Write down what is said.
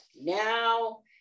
Now